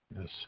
Yes